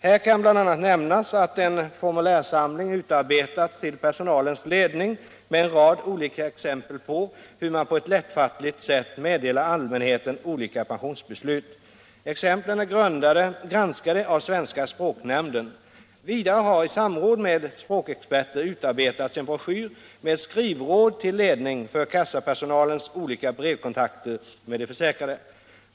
Här kan bl.a. nämnas att en formulärsamling utarbetats till personalens ledning med en rad olika exempel på hur man på ett lättfattligt sätt meddelar allmänheten olika pensionsbeslut. Exemplen är granskade av svenska språknämnden. Vidare har i samråd med språkexperter utarbetats en broschyr med skrivråd till ledning för kassapersonalens olika brevkontakter med de försäkrade.